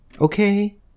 Okay